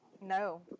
No